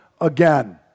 again